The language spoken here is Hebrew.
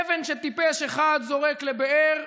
אבן שטיפש אחד זורק לבאר,